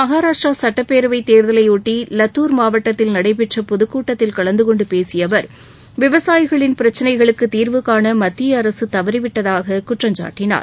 மகராஷ்டிரா சுட்டப்பேரவை தேர்தலையொட்டி லத்தூர் மாவட்டத்தில் நடைபெற்ற பொதுக்கூட்டத்தில் கலந்தகொண்டு பேசிய அவர்விவசாயிகளின் பிரச்சினைகளுக்கு தீர்வு காண மத்திய அரசு தவறிவிட்டதாக குற்றம் சாட்டினார்